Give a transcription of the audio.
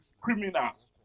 criminals